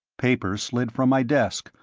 papers slid from my desk,